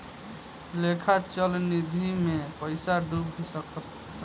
लेखा चल निधी मे पइसा डूब भी सकता